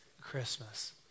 Christmas